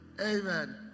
Amen